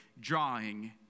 drawing